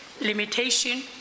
limitation